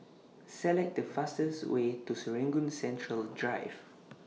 Select The fastest Way to Serangoon Central Drive